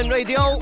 Radio